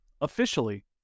officially